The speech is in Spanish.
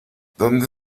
dónde